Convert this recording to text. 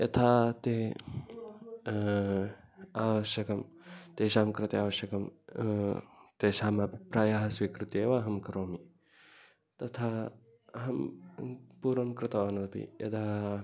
यथा ते आवश्यकं तेषां कृते आवश्यकं तेषामभिप्रायं स्वीकृत्य एव अहं करोमि तथा अहं पूर्वं कृतवान् अपि यदा